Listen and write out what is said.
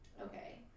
Okay